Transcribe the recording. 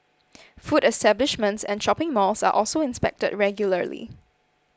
food establishments and shopping malls are also inspected regularly